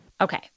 Okay